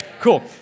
cool